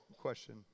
question